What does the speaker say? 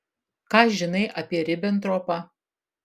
ką žinai apie ribentropą